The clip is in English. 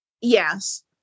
Yes